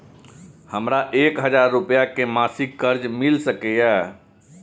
हमरा एक हजार रुपया के मासिक कर्ज मिल सकिय?